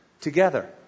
together